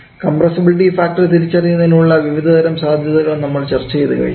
compressibility factor തിരിച്ചറിയുന്ന്തിന് ഉള്ള വിവിധതരം സാധ്യതകളും നമ്മൾ ചർച്ച ചെയ്തുകഴിഞ്ഞു